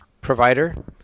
provider